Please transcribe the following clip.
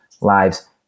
lives